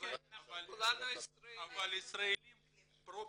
--- אבל ישראלים פרופר.